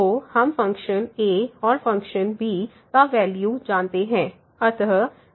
तो हम function a और b का वैल्यू जानते हैं